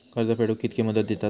कर्ज फेडूक कित्की मुदत दितात?